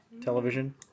television